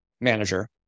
manager